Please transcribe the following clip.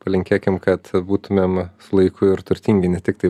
palinkėkim kad būtumėm su laiku ir turtingi ne tiktai